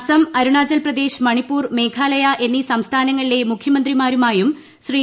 അസം അരുണാചൽപ്രദേശ് മണിപ്പൂർ മേഘാലയ എന്നീ സംസ്ഥാനങ്ങിലെ മുഖ്യമന്ത്രിമാരുമായും ശ്രീ